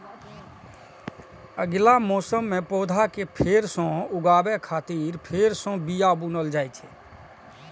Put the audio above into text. अगिला मौसम मे पौधा कें फेर सं उगाबै खातिर फेर सं बिया बुनल जाइ छै